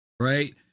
Right